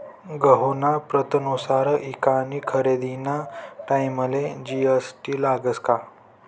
गहूना प्रतनुसार ईकानी खरेदीना टाईमले जी.एस.टी लागस का?